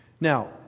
Now